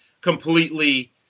completely